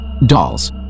Dolls